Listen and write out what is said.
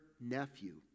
nephew